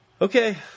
Okay